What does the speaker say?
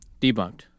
debunked